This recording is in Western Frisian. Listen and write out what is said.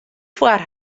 foar